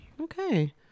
Okay